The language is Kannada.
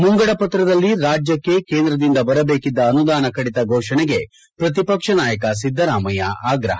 ಮುಂಗಡ ಪತ್ರದಲ್ಲಿ ರಾಜ್ಯಕ್ಷೆ ಕೇಂದ್ರದಿಂದ ಬರಬೇಕಿದ್ದ ಅನುದಾನ ಕಡಿತ ಫೋಷಣೆಗೆ ಪ್ರತಿಪಕ್ಷ ನಾಯಕ ಸಿದ್ದರಾಮಯ್ನ ಆಗ್ರಹ